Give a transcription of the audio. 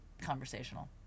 conversational